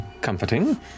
comforting